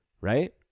right